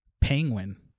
Penguin